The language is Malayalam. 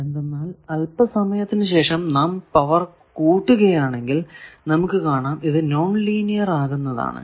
എന്തെന്നാൽ അൽപ സമയത്തിന് ശേഷം നാം പവർ കൂട്ടുകയാണെങ്കിൽ നമുക്ക് കാണാം ഇത് നോൺ ലീനിയർ ആകുന്നതാണ്